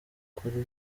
kuri